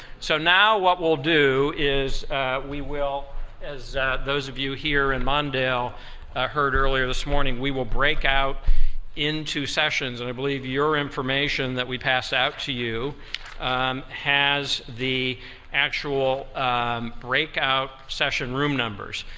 so now what we'll do is we will as those of you here in mondale heard earlier this morning, we will break out into sessions, and i believe your information that we passed out to you um has the actual breakout session room numbers.